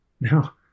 now